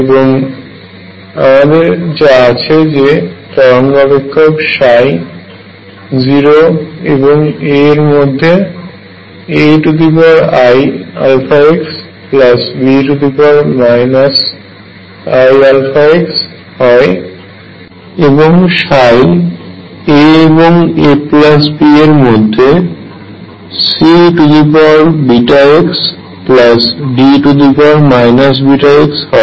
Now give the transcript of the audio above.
এবং আমাদের যা আছে যে তরঙ্গ অপেক্ষক 0 এবং a এর মধ্যে AeiαxBe iαx হয় এবং a এবং ab এর মধ্যে CeβxDe βx হয়